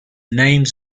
names